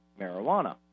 marijuana